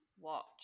watch